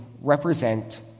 represent